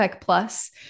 Plus